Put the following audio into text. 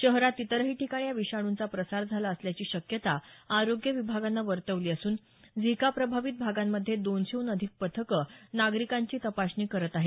शहरात इतरही ठिकाणी या विषाणूंचा प्रसार झाला असल्याची शक्यता आरोग्य विभागानं वर्तवली असून झिका प्रभावित भागांमधे दोनशेहून अधिक पथकं नागरिकांची तपासणी करत आहेत